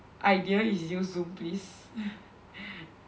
ideal is use Zoom please